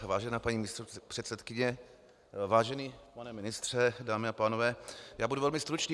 Vážená paní místopředsedkyně, vážený pane ministře, dámy a pánové, budu velmi stručný.